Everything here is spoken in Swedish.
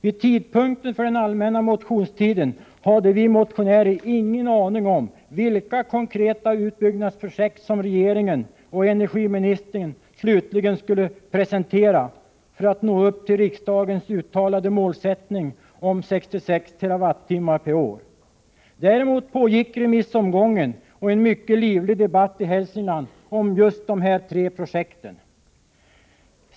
Vid tidpunkten för den allmänna motionstiden hade vi motionärer ingen aning om vilka konkreta utbyggnadsprojekt som regeringen och energiminis tern slutligen skulle presentera för att nå upp till riksdagens uttalade målsättning om 66 TWh/år. Däremot pågick remissomgången och en mycket livlig debatt i Hälsingland om just de här tre projekten.